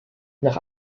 nach